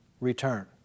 return